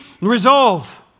resolve